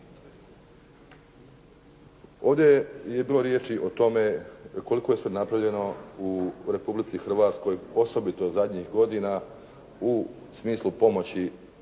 Ovdje je bilo riječi o tome koliko je sve bilo napravljeno u Republici Hrvatskoj osobito zadnjih godina u smislu pomoći